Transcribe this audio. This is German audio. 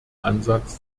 ansatz